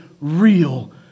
real